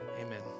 amen